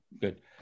Good